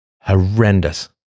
horrendous